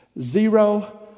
Zero